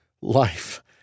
life